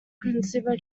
consumer